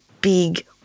big